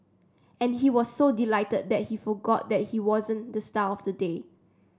and he was so delighted that he forgot that he wasn't the star of the day